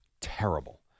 terrible